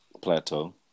plateau